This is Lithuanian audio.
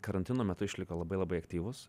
karantino metu išliko labai labai aktyvūs